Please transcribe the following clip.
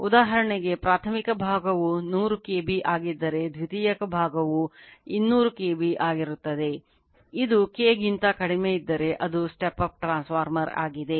ಉದಾಹರಣೆಗೆ ಪ್ರಾಥಮಿಕ ಭಾಗವು 100 KB ಆಗಿದ್ದರೆ ದ್ವಿತೀಯಕ ಭಾಗ 200 KB ಆಗಿರುತ್ತದೆ ಇದು K ಗಿಂತ ಕಡಿಮೆಯಿದ್ದರೆ ಅದು ಸ್ಟೆಪ್ ಅಪ್ ಟ್ರಾನ್ಸ್ಫಾರ್ಮರ್ ಆಗಿದೆ